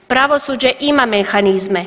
Pravosuđe ima mehanizme.